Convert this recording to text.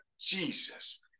Jesus